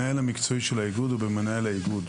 במנהל המקצועי של האיגוד ובמנהל האיגוד.